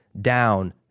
down